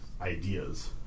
ideas